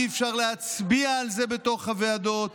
אי-אפשר להצביע על זה בתוך הוועדות